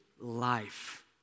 life